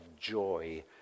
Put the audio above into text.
joy